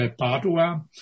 Padua